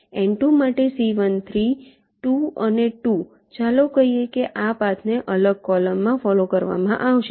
N2 માટે C13 2 અને 2 ચાલો કહીએ કે આ પાથને અલગ કૉલમમાં ફોલો કરવામાં આવશે